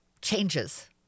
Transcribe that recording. changes